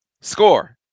score